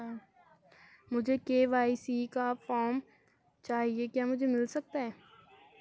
मुझे के.वाई.सी का फॉर्म चाहिए क्या मुझे मिल सकता है?